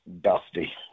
Dusty